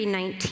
19